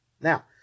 Now